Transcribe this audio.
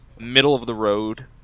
middle-of-the-road